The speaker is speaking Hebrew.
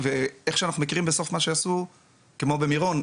ואיך שאנחנו מכירים בסופו של דבר מה שיעשו זה כמו במירון,